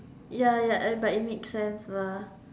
ya ya but it makes sense lah